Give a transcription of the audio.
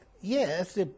yes